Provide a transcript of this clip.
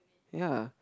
ya